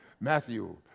Matthew